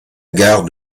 gare